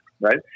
right